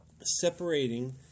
separating